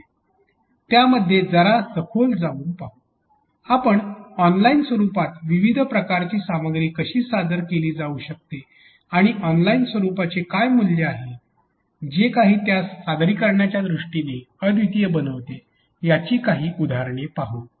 त्यामध्ये जरा सखोल जाऊन पाहू आपण ऑनलाइन स्वरुपात विविध प्रकारची सामग्री कशी सादर केली जाऊ शकते आणि ऑनलाइन स्वरुपाचे काय मूल्य आहे जे काही त्यास सादरिकरणाच्या दृष्टीने अद्वितीय बनवते याची काही उदाहरणे पाहू या